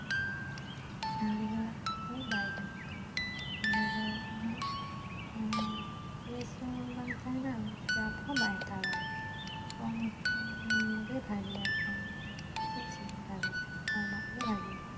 ᱥᱟᱸᱜᱮ ᱦᱚᱲᱟᱜ ᱫᱚ ᱵᱟᱭ ᱜᱟᱱᱚᱜ ᱠᱟᱱᱟ ᱚᱸᱰᱮ ᱫᱚ ᱚᱱᱟ ᱢᱟᱱᱮ ᱜᱮᱥ ᱦᱚᱸ ᱵᱟᱝ ᱛᱟᱦᱮᱱᱟ ᱪᱟᱯ ᱦᱚᱸ ᱵᱟᱭ ᱦᱟᱛᱟᱣ ᱫᱟᱲᱮᱭᱟᱜᱼᱟ ᱠᱚᱢ ᱜᱮ ᱵᱷᱟᱜᱮᱭᱟ ᱠᱚᱢ ᱢᱟᱱᱮ ᱠᱟ ᱴᱤᱡ ᱥᱤᱞᱤᱱᱰᱟᱨ ᱨᱮᱫᱚ ᱠᱚᱢᱟᱜ ᱜᱮ ᱵᱷᱟᱜᱮᱭᱟ